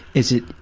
is it,